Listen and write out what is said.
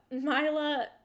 Myla